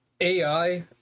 AI